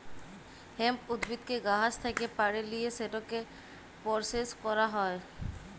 hemp উদ্ভিদকে গাহাচ থ্যাকে পাড়ে লিঁয়ে সেটকে পরসেস ক্যরা হ্যয়